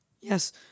yes